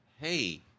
hey